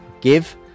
give